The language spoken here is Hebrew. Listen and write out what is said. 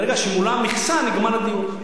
ברגע שמולאה המכסה, נגמר הדיון.